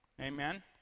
Amen